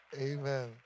Amen